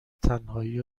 تنهایی